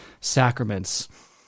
sacraments